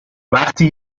وقتی